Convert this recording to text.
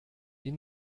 die